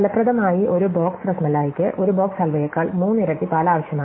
ഫലപ്രദമായി ഒരു ബോക്സ് റാസ്മലൈക്ക് ഒരു ബോക്സ് ഹൽവയേക്കാൾ മൂന്നിരട്ടി പാൽ ആവശ്യമാണ്